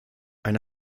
ein